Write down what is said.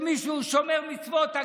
שמי שהוא שומר מצוות,